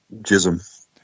jism